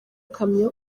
kamyo